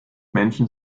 menschen